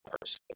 person